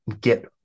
get